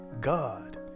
God